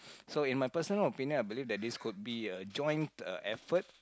so in my personal opinion I believe that this could be a joint effort